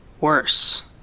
worse